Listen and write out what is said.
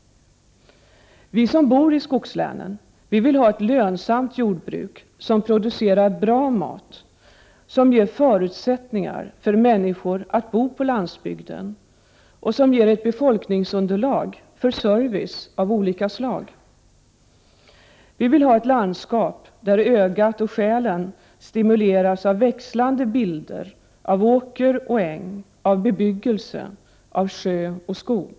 Vi som bor i skogslänen vill ha ett lönsamt jordbruk som producerar bra mat, som ger förutsättningar för människor att bo på landsbygden, vilket ger ett befolkningsunderlag för service av olika slag. Vi vill ha ett landskap där ögat och själen stimuleras av växlande bilder, av åker och äng, av bebyggelse, av sjö och skog.